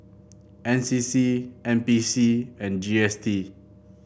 N C C N B C and G S T